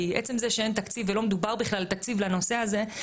כי עצם זה שאין תקציב ולא מדובר בכלל על תקציב לנושא הזה,